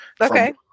Okay